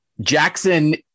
Jackson